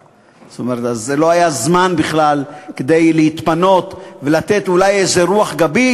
אז לא היה זמן בכלל כדי להתפנות ולתת אולי איזו רוח גבית.